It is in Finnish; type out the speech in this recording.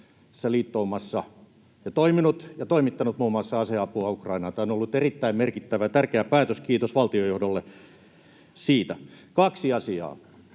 liittoumassa ja toiminut ja toimittanut muun muassa aseapua Ukrainaan. Tämä on ollut erittäin merkittävä ja tärkeä päätös — kiitos valtionjohdolle siitä. Kaksi asiaa: